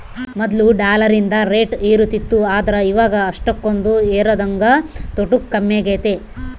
ಮೊದ್ಲು ಡಾಲರಿಂದು ರೇಟ್ ಏರುತಿತ್ತು ಆದ್ರ ಇವಾಗ ಅಷ್ಟಕೊಂದು ಏರದಂಗ ತೊಟೂಗ್ ಕಮ್ಮೆಗೆತೆ